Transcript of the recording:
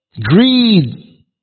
greed